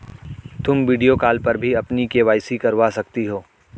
तुम video call पर भी अपनी के.वाई.सी करवा सकती हो